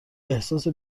احساس